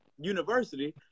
university